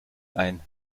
ein